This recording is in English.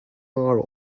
are